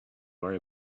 worry